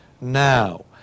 now